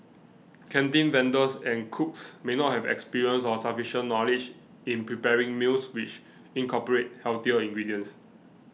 canteen vendors and cooks may not have experience or sufficient knowledge in preparing meals which incorporate healthier ingredients